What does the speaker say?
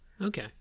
Okay